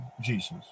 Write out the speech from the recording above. Jesus